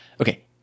Okay